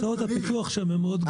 הוצאות הפיתוח שם יקרות מאוד.